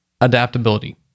Adaptability